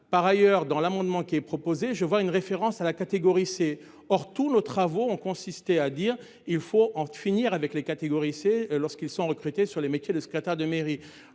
par ailleurs dans l'amendement qui est proposé, je vois une référence à la catégorie C or tous nos travaux ont consisté à dire, il faut en finir avec les catégories C lorsqu'ils sont recrutés sur les métiers de secrétaire de mairie.